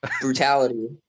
brutality